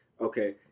okay